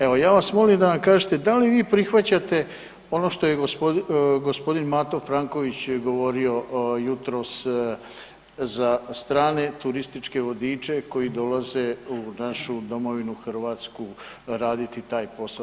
Evo ja vas molim da nam kažete da li vi prihvaćate ono što je gospodin Mato Franković govorio jutros za strane turističke vodiče koji dolaze u našu domovinu Hrvatsku raditi taj posao.